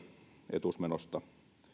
etuusmenosta